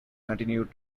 continued